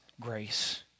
grace